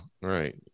Right